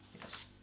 Yes